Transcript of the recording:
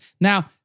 Now